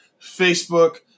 Facebook